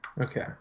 Okay